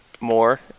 more